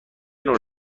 نوع